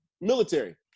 Military